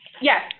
Yes